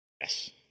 Yes